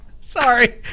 sorry